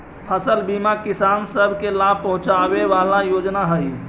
फसल बीमा किसान सब के लाभ पहुंचाबे वाला योजना हई